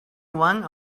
one